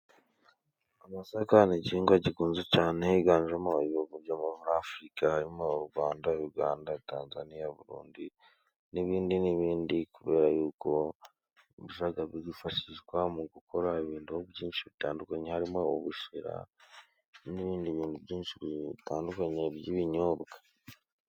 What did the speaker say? Amasaka ni igihingwa gikunzwe cyane, higanjemo ibihugu byo muri Afurika, harimo u Rwanda, Uganda, Tanzaniya, Burundi n'ibindi n'ibindi, kubera y'uko ajya yifashishwa mu gukora ibintu byinshi bitandukanye harimo u ubushera n'ibindi bintu byinshi bitandukanye by'ibinyobwa.